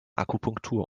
akupunktur